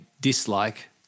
dislike